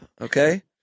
Okay